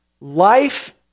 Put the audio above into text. Life